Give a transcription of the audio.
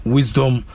Wisdom